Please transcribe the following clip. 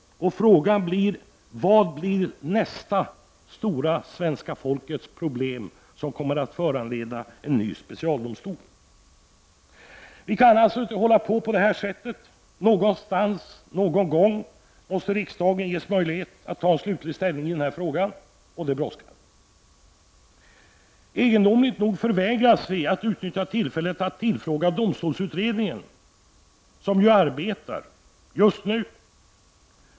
Frågan blir då: Vad blir nästa stora problemområde hos svenska folket som kommer att föranleda en ny specialdomstol? Vi kan inte hålla på så här. Någonstans, någon gång måste riksdagen ges möjlighet att ta slutlig ställning i denna fråga, och det brådskar. Egendomligt nog förvägras vi att utnyttja tillfället att tillfråga domstolsutredningen, som arbetar just nu.